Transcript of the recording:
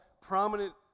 prominent